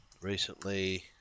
recently